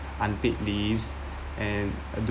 unpaid leaves and I do